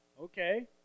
Okay